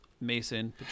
Mason